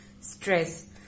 Stress